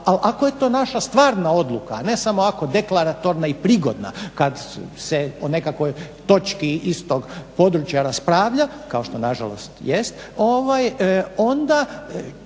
ako je to naša stvarna odluka ne samo ovako deklaratorna i prigodna kad se o nekakvoj točki istog područja raspravlja kao što nažalost jest ovaj,